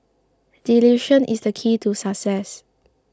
delusion is the key to success